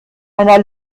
einer